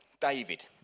David